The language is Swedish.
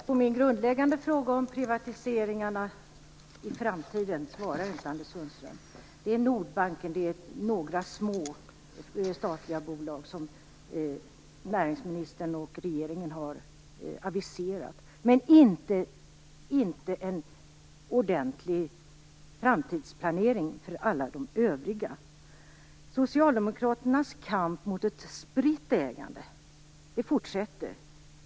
Fru talman! På min grundläggande fråga om privatiseringarna i framtiden svarar inte Anders Sundström. Regeringen och näringsministern har aviserat försäljning av Nordbanken och några små statliga bolag, men inte en ordentlig framtidsplanering för alla de övriga. Socialdemokraternas kamp mot ett spritt ägande fortsätter.